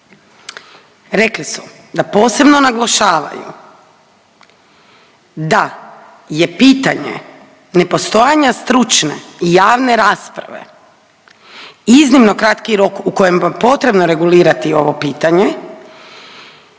Rekli su da posebno naglašavaju da je pitanje nepostojanja stručne i javne rasprave, iznimno kratki rok u kojem je potrebno regulirati ovo pitanje,